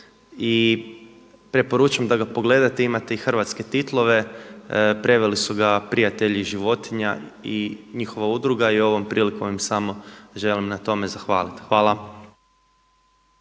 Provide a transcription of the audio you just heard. i preporučam da ga pogledate, imate i hrvatske titlove, preveli su ga prijatelji životinja i njihova udruga i ovom prilikom im samo želim na tome zahvaliti. Hvala.